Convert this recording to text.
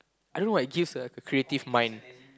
I don't know why give a creative mind